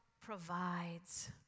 provides